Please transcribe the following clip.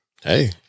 Hey